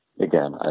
again